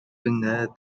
finger